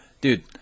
Dude